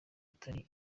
itari